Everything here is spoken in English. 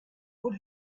put